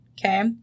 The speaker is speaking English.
Okay